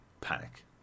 panic